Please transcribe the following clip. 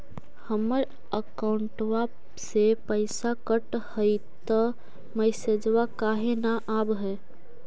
हमर अकौंटवा से पैसा कट हई त मैसेजवा काहे न आव है?